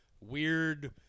weird